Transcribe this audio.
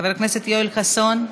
חבר הכנסת יואל חסון,